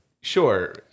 Sure